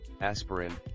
aspirin